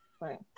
right